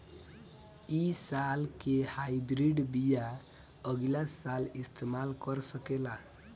इ साल के हाइब्रिड बीया अगिला साल इस्तेमाल कर सकेला?